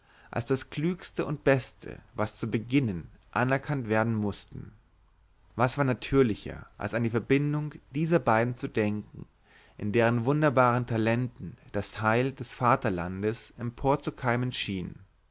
als das klügste und beste was zu beginnen anerkannt werden mußten was war natürlicher als an die verbindung dieser beiden zu denken in deren wunderbaren talenten das heil des vaterlandes emporzukeimen schien